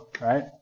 Right